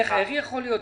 איך יכול להיות?